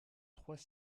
trois